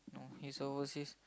he's overseas